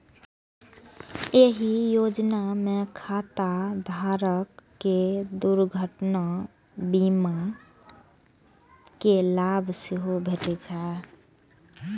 एहि योजना मे खाता धारक कें दुर्घटना बीमा के लाभ सेहो भेटै छै